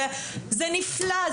זה נפלא,